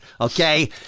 Okay